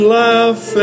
laugh